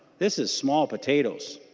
this is small potatoes.